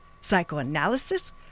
psychoanalysis